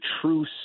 true